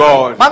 God